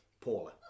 Paula